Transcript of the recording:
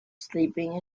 sleeping